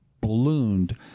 ballooned